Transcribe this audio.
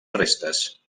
restes